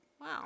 Wow